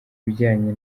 bijyanye